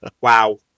Wow